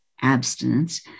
abstinence